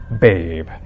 babe